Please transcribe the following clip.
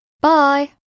Bye